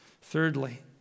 thirdly